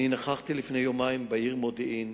אני נכחתי לפני יומיים בעיר מודיעין.